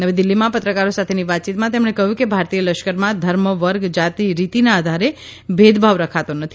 નવીદિલ્હીમાં પત્રકારો સાથેની વાતચીતમાં તેમણે કહ્યુંકે ભારતીય લશ્કરમાં ધર્મ વર્ગ જાતિ રીતીના આધારે ભેદભાવ રખાતો નથી